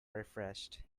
refreshed